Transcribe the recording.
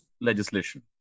legislation